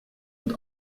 und